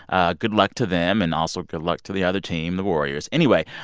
ah good luck to them. and also, good luck to the other team, the warriors. anyway,